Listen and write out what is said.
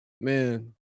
Man